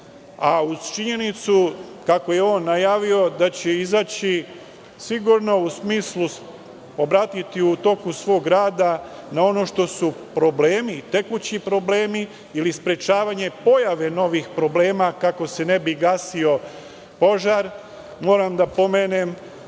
Uz činjenicu, kako je on najavio da će izaći, sigurno u smislu da će obratiti pažnju u toku svog rada na ono što su tekući problemi ili sprečavanje pojave novih problema, kako se ne bi gasio požar, moram da pomenem